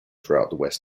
throughout